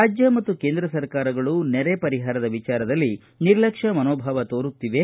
ರಾಜ್ಯ ಮತ್ತು ಕೇಂದ್ರ ಸರ್ಕಾರಗಳು ನೆರೆ ಪರಿಹಾರದಲ್ಲಿ ನಿರ್ಲಕ್ಷ ಮನೋಭಾವ ತೋರುತ್ತಿವೆ